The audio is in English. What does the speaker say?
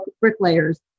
Bricklayers